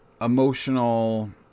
emotional